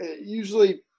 usually